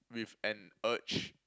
with an urge